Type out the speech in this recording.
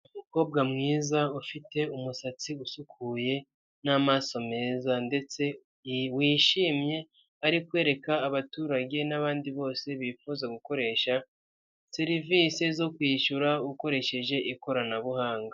Umukobwa mwiza ufite umusatsi usukuye n'amaso meza ndetse wishimye ari kwereka abaturage n'abandi bose bifuza gukoresha serivise zo kwishyura ukoresheje ikoranabuhanga.